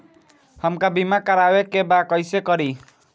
हमका बीमा करावे के बा कईसे करी?